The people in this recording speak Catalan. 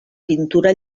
pintura